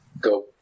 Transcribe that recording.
go